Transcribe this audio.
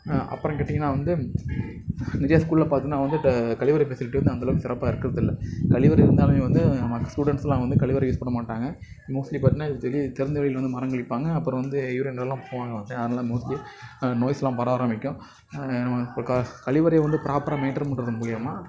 அப்புறம் கேட்டீங்கன்னா வந்து இங்கே ஸ்கூல்ல பார்த்தீங்கன்னா வந்து கழிவறை ஃபெசிலிட்டி வந்து அந்த அளவுக்கு சிறப்பாக இருக்குறதில்லை கழிவறை இருந்தாலுமே வந்து மற்ற ஸ்டூடென்ட்ஸ்லாம் வந்து கழிவறை யூஸ் பண்ண மாட்டாங்க மோஸ்ட்லி பார்த்தீங்கன்னா திறந்தவெளியில் வந்து மலம் கழிப்பாங்க அப்புறம் வந்து யூரின் எல்லாம் போவாங்க அதனால் மோஸ்ட்லி நோய்ஸெல்லாம் பரவ ஆரம்பிக்கும் ஒரு கழிவறையை வந்து ப்ராப்பராக மெயின்டைன் பண்றதன் மூலமா